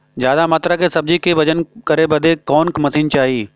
ज्यादा मात्रा के सब्जी के वजन करे बदे कवन मशीन चाही?